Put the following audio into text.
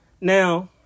Now